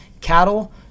Cattle